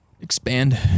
expand